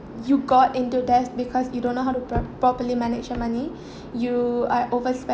you got into debt because you don't know how to prop~ properly manage your money you uh overspend~